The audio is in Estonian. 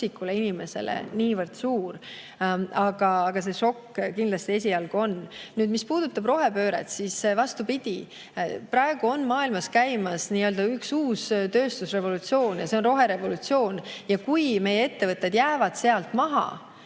inimesele niivõrd suur. Aga šokk kindlasti esialgu on. Nüüd, mis puudutab rohepööret, siis vastupidi, praegu on maailmas käimas nii-öelda uus tööstusrevolutsioon, ja see on roherevolutsioon. Ja kui meie ettevõtted jäävad seal maha,